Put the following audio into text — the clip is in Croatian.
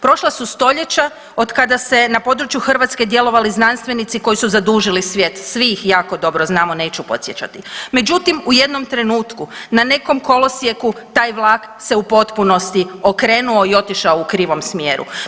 Prošla su stoljeća od kada se na području Hrvatske djelovali znanstvenici koji su zadužili svijet, svi ih jako dobro znamo neću podsjećati, međutim u jednom trenutku na nekom kolosijeku taj vlak se u potpunosti okrenuo i otišao u krivom smjeru.